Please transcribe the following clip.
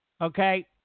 okay